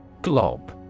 Glob